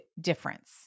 difference